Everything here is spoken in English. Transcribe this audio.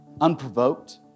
Unprovoked